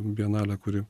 bienalė kuri